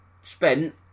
spent